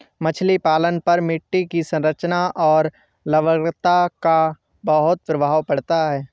मछली पालन पर मिट्टी की संरचना और लवणता का बहुत प्रभाव पड़ता है